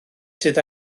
sydd